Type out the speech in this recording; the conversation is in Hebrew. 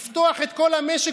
לפתוח את כל המשק,